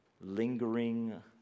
lingering